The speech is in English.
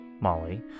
Molly